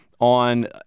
on –